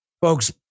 Folks